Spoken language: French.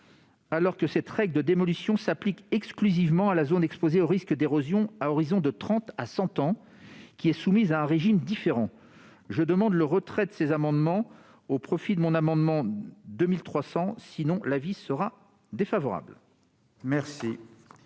alors que cette règle de démolition s'applique exclusivement à la zone exposée au risque d'érosion à l'horizon de trente ans à cent ans, qui est soumise à un régime différent. Je demande le retrait de ces amendements au profit de mon amendement n° 2300 ; à défaut, j'émettrai